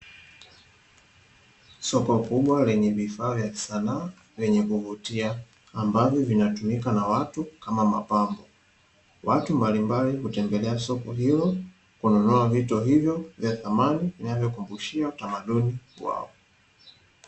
Soko kubwa lenye vifaa vya kisanaa vyenye kuvutia ambavyo wanatumia watu kama mapambo, watu mbalimbali hutembelea soko hilo kununua vitu hivyo vya samani kukumbushia utamaduni wao.